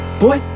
boy